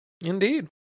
Indeed